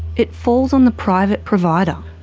it falls on the private provider.